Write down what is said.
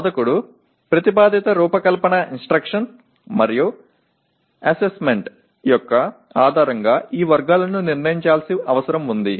బోధకుడు ప్రతిపాదిత రూపకల్పన ఇంస్ట్రక్షన్ మరియు అసెస్మెంట్ యొక్క ఆధారంగా ఈ వర్గాలను నిర్ణయించాల్సిన అవసరం ఉంది